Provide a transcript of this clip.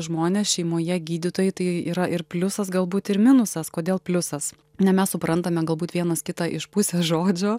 žmonės šeimoje gydytojai tai yra ir pliusas galbūt ir minusas kodėl pliusas ne mes suprantame galbūt vienas kitą iš pusės žodžio